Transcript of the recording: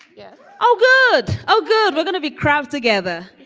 yeah oh, good. oh, good. we're gonna be crowd together.